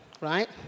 Right